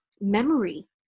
memory